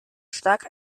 stark